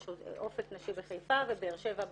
יש עוד אופק נשי בחיפה ובאר שבע,